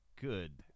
Good